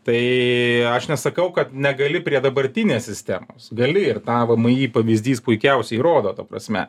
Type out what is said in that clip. tai aš nesakau kad negali prie dabartinės sistemos gali ir tą vmi pavyzdys puikiausiai rodo ta prasme